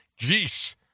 jeez